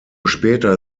später